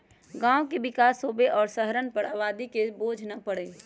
गांव के विकास होवे और शहरवन पर आबादी के बोझ न पड़ई